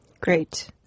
Great